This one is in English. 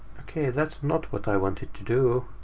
okay that's not what i wanted to do.